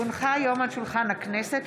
כי הונחה היום על שולחן הכנסת,